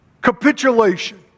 capitulation